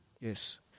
Yes